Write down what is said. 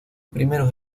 primeros